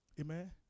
Amen